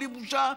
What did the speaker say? בלי בושה,